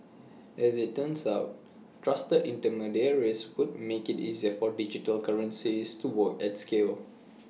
and as IT turns out trusted intermediaries would make IT easier for digital currencies to work at scale